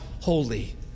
holy